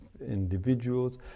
individuals